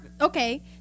Okay